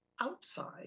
outside